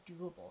doable